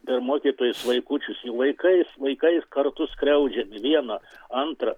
dar mokytojus vaikučius jų vaikai vaikais kartu skriaudžiami viena antra